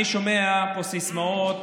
אני שומע פה סיסמאות